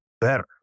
better